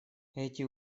эти